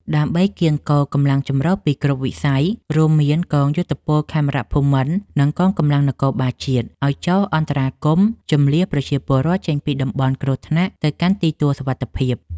ដើម្បីកៀងគរកម្លាំងចម្រុះពីគ្រប់វិស័យ រួមមានកងយោធពលខេមរភូមិន្ទ និងកងកម្លាំងនគរបាលជាតិ ឱ្យចុះអន្តរាគមន៍ជម្លៀសប្រជាពលរដ្ឋចេញពីតំបន់គ្រោះថ្នាក់ទៅកាន់ទីទួលសុវត្ថិភាព។